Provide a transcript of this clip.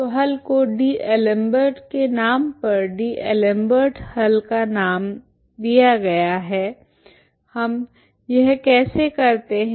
तो हल को डी'एलेम्बर्ट के नाम पर डीएलेम्बर्ट हल का नाम गया है हम यह कैसे करते हैं